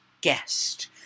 guest